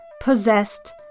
possessed